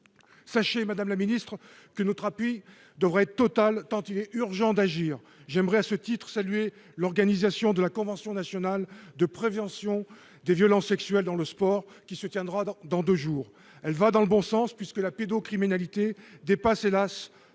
Sachez, madame la ministre, que notre appui sera total tant il est urgent d'agir. J'aimerais à ce titre saluer l'organisation de la convention nationale sur la prévention des violences sexuelles dans le sport, qui se tiendra dans deux jours. Elle va dans le bon sens, puisque la pédocriminalité dépasse, hélas